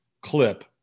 clip